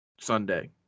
Sunday